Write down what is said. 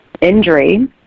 injury